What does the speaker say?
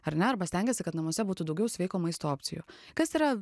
ar ne arba stengiasi kad namuose būtų daugiau sveiko maisto opcijų kas yra